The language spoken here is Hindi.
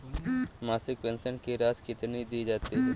मासिक पेंशन की राशि कितनी दी जाती है?